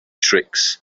tricks